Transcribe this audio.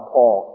Paul